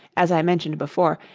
as i mentioned before,